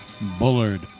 Bullard